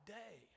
day